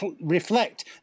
reflect